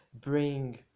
bring